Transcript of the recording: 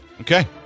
Okay